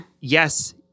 yes